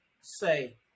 say